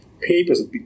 papers